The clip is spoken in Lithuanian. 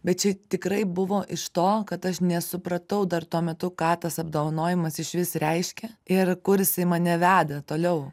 bet čia tikrai buvo iš to kad aš nesupratau dar tuo metu ką tas apdovanojimas išvis reiškia ir kur jisai mane vedė toliau